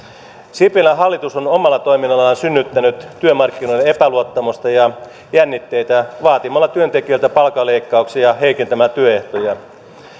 sipilän hallitus on omalla toiminnallaan synnyttänyt työmarkkinoille epäluottamusta ja jännitteitä vaatimalla työntekijöiltä palkanleikkauksia heikentämällä työehtoja